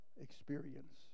experience